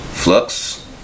Flux